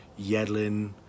Yedlin